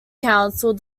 council